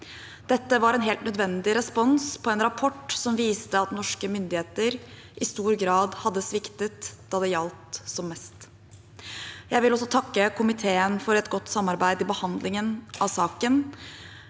Dette var en helt nødvendig respons på en rapport som viste at norske myndigheter i stor grad hadde sviktet da det gjaldt som mest. Jeg vil også takke komiteen for et godt samarbeid i behandlingen av saken.